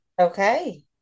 okay